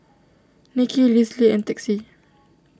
Nicki Lisle and Texie